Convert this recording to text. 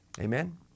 Amen